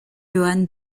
johann